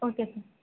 okay sir